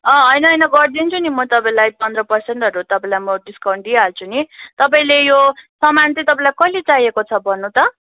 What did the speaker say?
अँ होइन होइन गरिदिन्छु नि म तपाईँलाई पन्ध्र पर्सेन्टहरू तपाईँलाई म डिस्काउन्ट दिइहाल्छु नि तपाईँले यो सामान चाहिँ तपाईँलाई कहिले चाहिएको छ भन्नु त